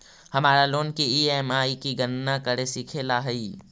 हमारा लोन की ई.एम.आई की गणना करे सीखे ला हई